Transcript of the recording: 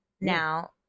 Now